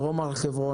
דרום הר חברון,